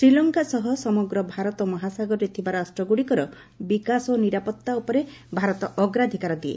ଶ୍ରୀଲଙ୍କା ସହ ସମଗ୍ର ଭାରତ ମହାସାଗରରେ ଥିବା ରାଷ୍ଟ୍ରଗୁଡ଼ିକର ବିକାଶ ଓ ନିରାପତ୍ତା ଉପରେ ଭାରତ ଅଗ୍ରାଧିକାର ଦିଏ